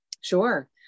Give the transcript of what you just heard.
Sure